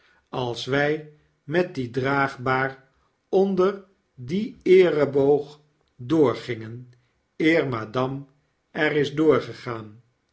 als wy met die draagbaar onder dien eereboog doorgingen eer madame er is doorgegaan